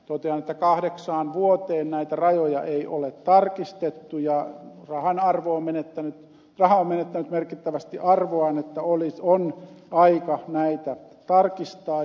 totean että kahdeksaan vuoteen näitä rajoja ei ole tarkistettu ja raha on menettänyt merkittävästi arvoaan niin että on aika näitä tarkistaa